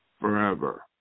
Forever